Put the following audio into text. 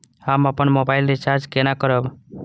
हम अपन mobile recharge केना करब?